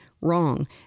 wrong